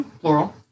plural